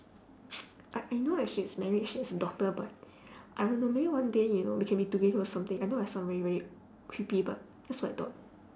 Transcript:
I I know that she's married she has a daughter but I don't know maybe one day you know we can be together or something I know I sound really really creepy but that's what I thought